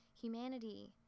Humanity